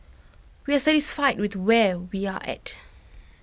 we are satisfied with where we are at